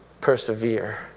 persevere